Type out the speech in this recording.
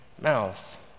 mouth